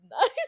nice